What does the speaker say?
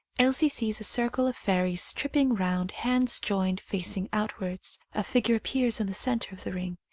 elsie sees a circle of fairies trip ping round, hands joined, facing outwards. a figure appears in the centre of the ring,